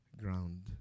ground